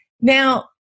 Now